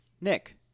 Nick